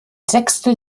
sechstel